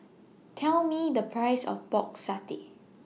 Tell Me The Price of Pork Satay